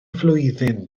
flwyddyn